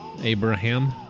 Abraham